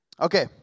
Okay